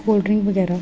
cold drink बगैरा